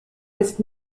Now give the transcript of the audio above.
ist